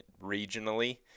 regionally